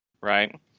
right